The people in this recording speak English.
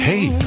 Hey